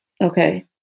Okay